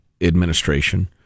administration